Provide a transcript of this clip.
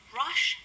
rush